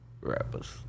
rappers